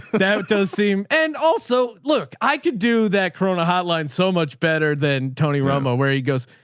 that does seem, and also look, i could do that krone hotline so much better than tony romo, where he goes.